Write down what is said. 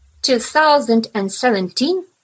2017